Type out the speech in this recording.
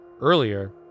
Earlier